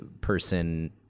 person